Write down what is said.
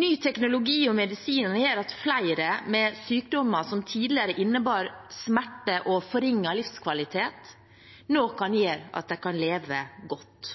Ny teknologi og nye medisiner gjør at flere med sykdommer som tidligere innebar smerte og forringet livskvalitet, nå kan leve godt.